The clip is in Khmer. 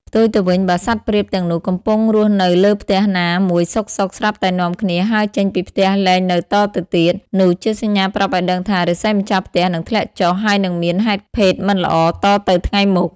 ផ្ទុយទៅវិញ បើសត្វព្រាបទាំងនោះកំពុងតែរស់នៅលើផ្ទះណាមួយសុខៗ ស្រាប់តែនាំគ្នាហើរចេញពីផ្ទះលែងនៅតទៅទៀត នោះជាសញ្ញាប្រាប់ឱ្យដឹងថា រាសីម្ចាស់ផ្ទះនឹងធ្លាក់ចុះ ហើយនិងមានហេតុភេទមិនល្អតទៅថ្ងៃមុខ។